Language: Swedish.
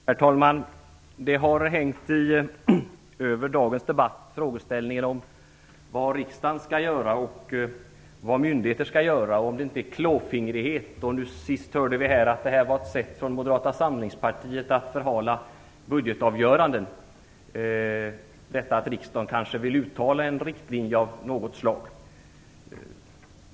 Herr talman! Det har hängt över dagens debatt frågor om vad riksdagen skall göra och vad myndigheterna skall göra, om vad som är klåfingrighet. Sist hörde vi här att det var ett sätt för Moderata samlingspartiet att förhala budgetavgöranden att vilja att riksdagen uttalar sig för en riktlinje av något slag.